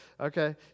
Okay